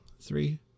three